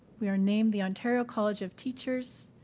we are named the ontario college of teachers.